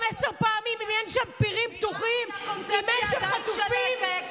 שם פירים, שאולי יש חטופים.